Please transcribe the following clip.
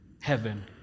heaven